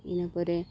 ᱤᱱᱟᱹ ᱯᱚᱨᱮ